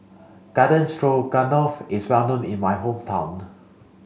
Garden Stroganoff is well known in my hometown